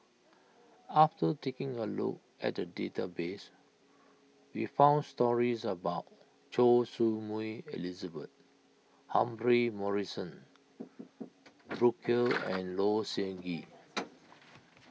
after taking a look at the database we found stories about Choy Su Moi Elizabeth Humphrey Morrison Burkill and Low Siew Nghee